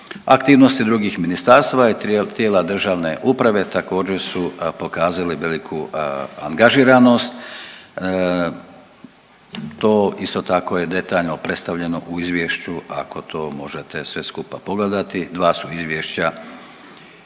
Aktivnosti drugih ministarstva i tijela državne uprave također, su pokazale veliku angažiranost. To isto tako je detaljno predstavljeno u Izvješću, ako to možete sve skupa pogledati, 2 su izvješća.